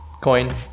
coin